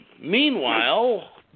Meanwhile